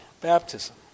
baptism